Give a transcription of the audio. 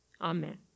Amen